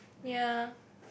ya